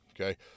Okay